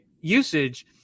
usage